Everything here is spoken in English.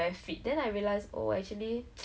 then like got like